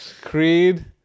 Creed